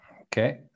Okay